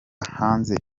hanze